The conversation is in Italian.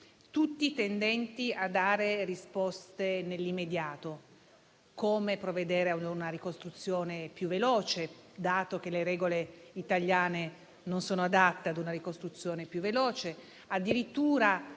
tutti tendenti a dare risposte nell'immediato, come provvedere a una ricostruzione più veloce, dato che le regole italiane non sono adatte ad una ricostruzione più veloce. Fino a